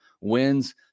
wins